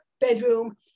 bedroom